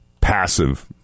passive